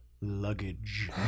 luggage